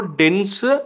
dense